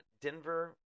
Denver